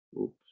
Oops